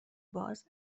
باز